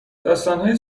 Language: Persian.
داستانهای